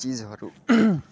चिजहरू